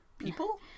people